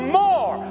more